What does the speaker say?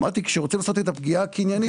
אמרתי שכאשר רוצים לעשות את הפגיעה הקניינית,